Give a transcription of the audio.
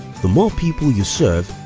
the more people you serve,